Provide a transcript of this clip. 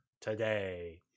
today